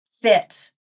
fit